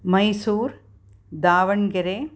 Mysore Davanagere